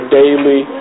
daily